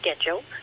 schedule